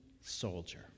soldier